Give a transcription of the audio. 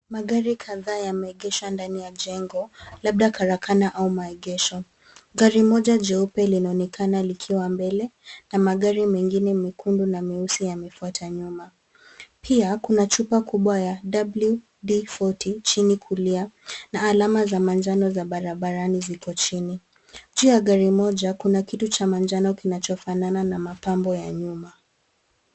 Magari kadhaa yameegeshwa ndani ya jengo labda karakana au maegesho. Gari moja jeupe linaonekana likiwa mbele na magari mengine mekundu na meusi yamefuata nyuma. Pia kuna chupa kubwa ya WD40 chini kulia na alama za manjano za barabarani ziko chini. Juu ya gari moja kuna kitu cha manjano kinachofanana na mapambo ya nyuma.